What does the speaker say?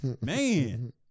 Man